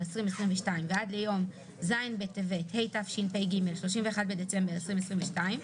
2022) ועד ליום ז' בטבת התשפ"ג (31 בדצמבר 2022),